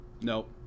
Nope